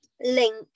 link